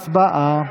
הצבעה.